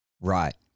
Right